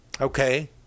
Okay